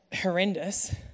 horrendous